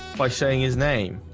by saying his name